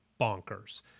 bonkers